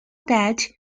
that